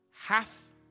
half